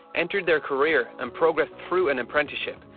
entered their career and progressed through an apprenticeship.